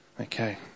Okay